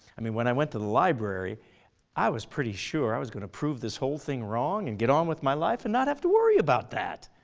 i mean when i went to the library i was pretty sure i was going to prove this whole thing wrong and get on with my life and not have to worry about that.